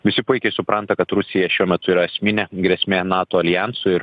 visi puikiai supranta kad rusija šiuo metu yra esminė grėsmė nato aljansui ir